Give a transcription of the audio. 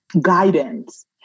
guidance